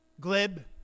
Glib